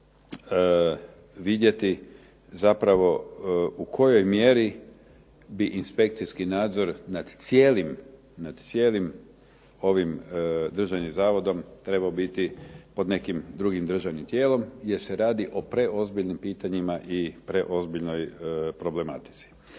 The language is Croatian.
trebalo vidjeti zapravo u kojoj mjeri bi inspekcijski nadzor nad cijelim ovim državnim zavodom trebao biti pod nekim drugim državnim tijelom jer se radi o preozbiljnim pitanjima i preozbiljnoj problematici.